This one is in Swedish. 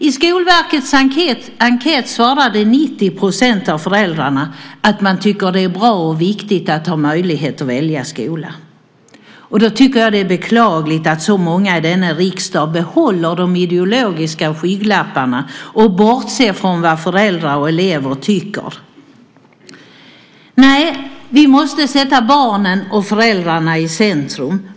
I Skolverkets enkät svarade 90 % av föräldrarna att de tycker att det är bra och viktigt att ha möjlighet att välja skola. Därför är det beklagligt att så många i denna riksdag behåller de ideologiska skygglapparna och bortser från vad föräldrar och elever tycker. Nej, vi måste sätta barnen och föräldrarna i centrum.